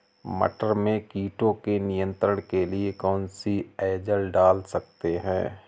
मटर में कीटों के नियंत्रण के लिए कौन सी एजल डाल सकते हैं?